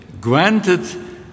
Granted